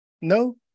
No